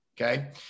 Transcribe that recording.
okay